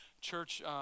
church